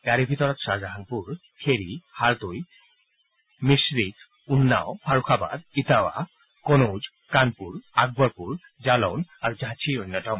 ইয়াৰে ভিতৰত শ্বাহাজানপুৰ খেৰি হাৰদৈ মিশ্বৰিখ উন্নাঅ' ফাৰুখাবাদ ইটাৱাহ কনৌজ কানপুৰ আকবৰপুৰ জালৌন আৰু ঝাচি অন্যতম